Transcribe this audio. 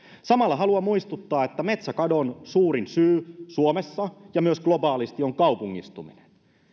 samalla haluan muistuttaa että metsäkadon suurin syy suomessa ja myös globaalisti on kaupungistuminen